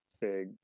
big